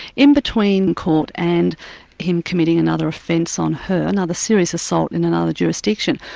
in between court and him committing another offence on her, another serious assault in another jurisdiction,